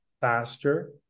faster